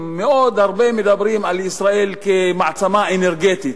מדברים הרבה מאוד על ישראל כמעצמה אנרגטית,